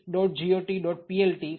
plt libmylib pic